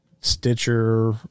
Stitcher